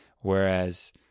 Whereas